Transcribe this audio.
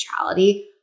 neutrality